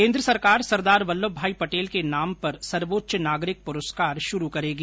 केन्द्र सरकार सरदार वल्लभभाई पटेल के नाम पर सर्वोच्च नागरिक पुरस्कार शुरू करेगी